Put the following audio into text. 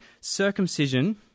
circumcision